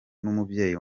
n’umubyeyi